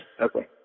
Okay